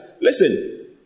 Listen